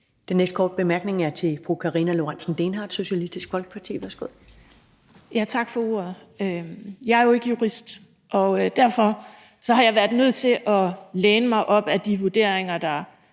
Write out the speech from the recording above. Den næste korte bemærkning er til fru Karina Lorentzen Dehnhardt, Socialistisk Folkeparti. Værsgo. Kl. 11:21 Karina Lorentzen Dehnhardt (SF): Tak for ordet. Jeg er jo ikke jurist, og derfor har jeg været nødt til at læne mig op ad de vurderinger, der er